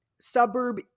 suburb